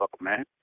man